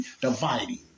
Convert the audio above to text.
dividing